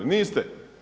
Niste.